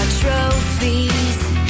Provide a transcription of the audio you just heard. Trophies